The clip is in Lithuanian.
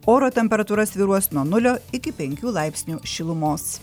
oro temperatūra svyruos nuo nulio iki penkių laipsnių šilumos